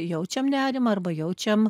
jaučiam nerimą arba jaučiam